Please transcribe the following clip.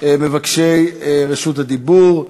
מבקשי רשות הדיבור.